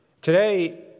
Today